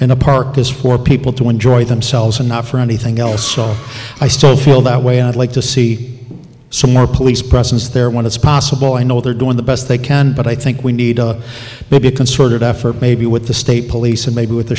a park is for people to enjoy themselves and not for anything else so i still feel that way i'd like to see some more police presence there when it's possible i know they're doing the best they can but i think we need a maybe a concerted effort maybe with the state police and maybe with the